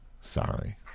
Sorry